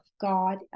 God